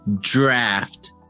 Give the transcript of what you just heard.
draft